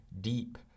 deep